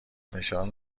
نشان